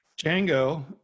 django